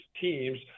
teams